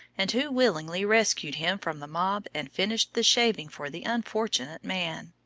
and who willingly rescued him from the mob and finished the shaving for the unfortunate man.